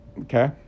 Okay